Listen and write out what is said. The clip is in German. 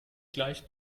gleich